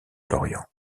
lorient